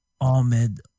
Ahmed